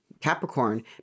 Capricorn